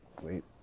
wait